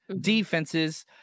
defenses